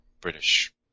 British